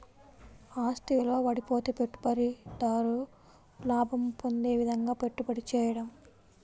ఆస్తి విలువ పడిపోతే పెట్టుబడిదారు లాభం పొందే విధంగాపెట్టుబడి చేయడం